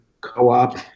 Co-op